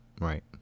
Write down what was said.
right